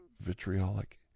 vitriolic